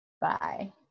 Bye